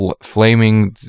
flaming